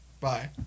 Bye